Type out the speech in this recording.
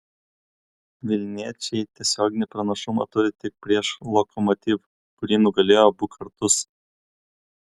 vilniečiai tiesioginį pranašumą turi tik prieš lokomotiv kurį nugalėjo abu kartus